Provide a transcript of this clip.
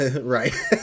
right